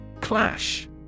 Clash